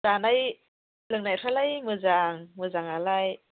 जानाय लोंनायफ्रालाय मोजां मोजाङालाय